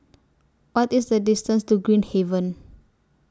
What IS The distance to Green Haven